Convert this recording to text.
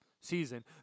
season